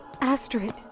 Astrid